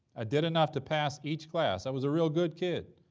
ah did enough to pass each class. i was a real good kid.